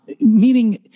Meaning